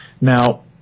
now